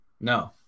no